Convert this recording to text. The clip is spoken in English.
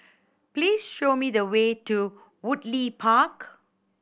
please show me the way to Woodleigh Park